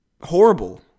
horrible